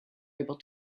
able